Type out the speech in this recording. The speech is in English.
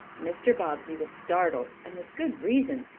mr. bobbsey was startled and with good reason,